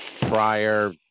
Prior